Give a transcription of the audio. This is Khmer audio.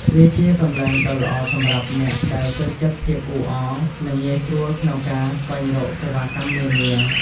វាជាកន្លែងដ៏ល្អសម្រាប់អ្នកដែលចូលចិត្តភាពអ៊ូអរ និងងាយស្រួលក្នុងការស្វែងរកសេវាកម្មនានា។